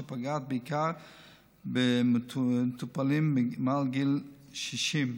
שפוגעת בעיקר במטופלים מעל גיל 60,